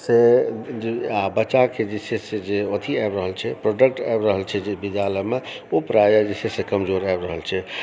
से आ बच्चाके जे छै से जे अथी आबि रहल छै प्रोडक्ट आबि रहल छै जे विद्यालयमे ओ प्रायः जे छै से कमजोर आबि रहल छै